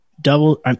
double